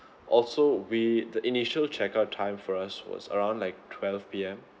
also we the initial check out time for us was around like twelve P_M